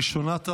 ראשונת הדוברים,